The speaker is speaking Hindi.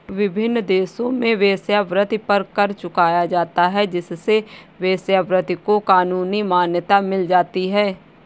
विभिन्न देशों में वेश्यावृत्ति पर कर चुकाया जाता है जिससे वेश्यावृत्ति को कानूनी मान्यता मिल जाती है